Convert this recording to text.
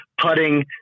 putting